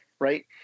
Right